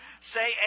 say